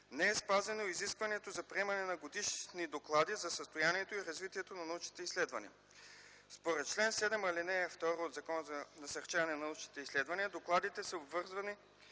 Не е спазено и изискването за приемане на годишни доклади за състоянието и развитието на научните изследвания. Според чл. 7, ал. 2 от Закона за насърчаване на научните изследвания докладите са обвързани